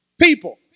People